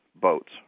boats